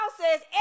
says